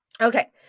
Okay